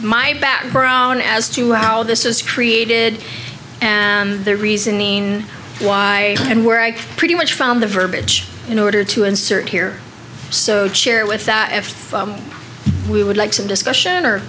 my background as to how this was created and the reasoning why and where i pretty much found the verbiage in order to insert here so chair with that if we would like some discussion or